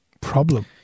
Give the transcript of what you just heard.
Problem